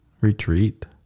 retreat